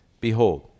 Behold